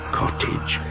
cottage